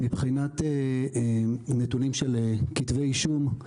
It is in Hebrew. מבחינת נתונים של כתבי אישום,